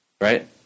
Right